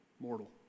mortal